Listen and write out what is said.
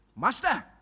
Master